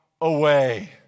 away